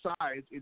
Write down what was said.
size